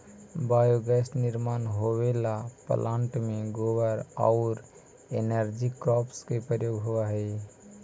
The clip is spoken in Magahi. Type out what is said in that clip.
बायोगैस निर्माण होवेला प्लांट में गोबर औउर एनर्जी क्रॉप्स के प्रयोग होवऽ हई